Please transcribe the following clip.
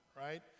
right